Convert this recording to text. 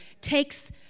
takes